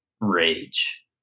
rage